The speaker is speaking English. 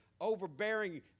overbearing